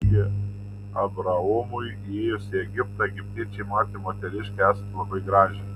taigi abraomui įėjus į egiptą egiptiečiai matė moteriškę esant labai gražią